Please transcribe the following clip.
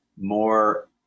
more